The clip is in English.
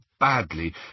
Badly